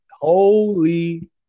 holy –